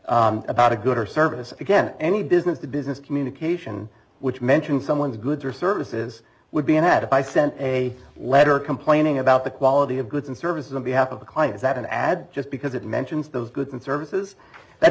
a about a good or service again any business the business communication which mentions someone's goods or services would be in had i sent a letter complaining about the quality of goods and services on behalf of a client that an ad just because it mentions those goods and services that